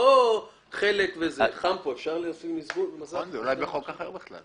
אולי בחוק אחר בכלל.